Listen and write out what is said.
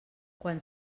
quan